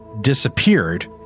disappeared